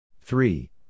Three